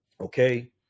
okay